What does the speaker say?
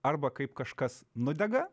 arba kaip kažkas nudega